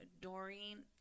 Doreen